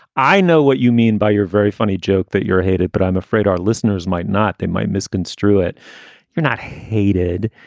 i know what you mean by your very funny joke that you're hated, but i'm afraid our listeners might not they might misconstrue it you're not hated.